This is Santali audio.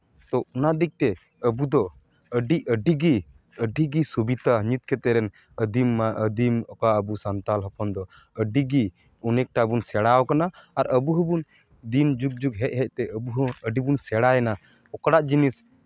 ᱛᱚ ᱚᱱᱟ ᱫᱤᱠ ᱛᱮ ᱟᱵᱚ ᱫᱚ ᱟᱹᱰᱤ ᱟᱹᱰᱤᱜᱮ ᱟᱹᱰᱤᱜᱮ ᱥᱩᱵᱤᱫᱟ ᱱᱤᱛ ᱠᱟᱛᱮ ᱨᱮᱱ ᱟᱹᱫᱤᱢ ᱟᱹᱫᱤᱢ ᱚᱠᱟ ᱟᱵᱚ ᱥᱟᱱᱛᱟᱞ ᱦᱚᱯᱚᱱ ᱫᱚ ᱟᱹᱰᱤᱜᱮ ᱚᱱᱮᱠᱴᱟ ᱵᱚᱱ ᱥᱮᱬᱟᱣ ᱠᱟᱱᱟ ᱟᱨ ᱟᱹᱵᱩ ᱦᱚᱸᱵᱚᱱ ᱫᱤᱱ ᱡᱩᱜᱽ ᱡᱩᱜᱽ ᱦᱮᱡ ᱦᱮᱡ ᱛᱮ ᱟᱵᱚ ᱦᱚᱸ ᱟᱹᱰᱤᱵᱚᱱ ᱥᱮᱬᱟᱭᱮᱱᱟ ᱚᱠᱟᱴᱟᱜ ᱡᱤᱱᱤᱥ